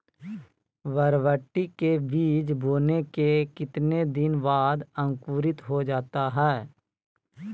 बरबटी के बीज बोने के कितने दिन बाद अंकुरित हो जाता है?